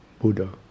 Buddha